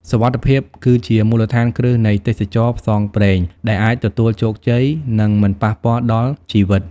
សុវត្ថិភាព គឺជាមូលដ្ឋានគ្រឹះនៃទេសចរណ៍ផ្សងព្រេងដែលអាចទទួលជោគជ័យ និងមិនប៉ះពាល់ដល់ជីវិត។